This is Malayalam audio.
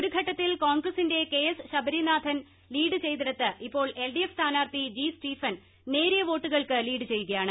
ഒരു ഘട്ടത്തിൽ കോൺഗ്രസ്സിന്റെ കെ എസ് ശബരീനാഥൻ ലീഡ് ചെയ്തിടത്ത് ഇപ്പോൾ എൽ ഡി എഫ് സ്ഥാനാർത്ഥി ജി സ്റ്റീഫൻ നേരിയ വോട്ടുകൾക്ക് ലീഡ് ചെയ്യുകയാണ്